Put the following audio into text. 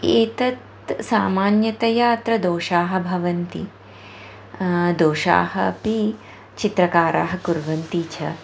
एतत् सामान्यतया अत्र दोषाः भवन्ति दोषाः अपि चित्रकाराः कुर्वन्ति च